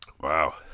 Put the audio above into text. Wow